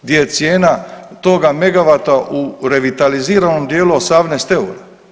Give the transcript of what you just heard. Gdje je cijena toga megavata u revitaliziranom dijelu 18 eura.